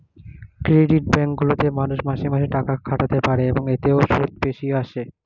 credit bank গুলিতে মানুষ মাসে মাসে টাকা খাটাতে পারে, এবং এতে সুদও বেশি আসে